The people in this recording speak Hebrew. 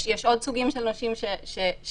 יש עוד סוגים של נושים חשובים,